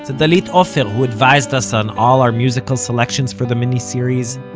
to dalit ofer, who advised us on all our musical selections for the miniseries,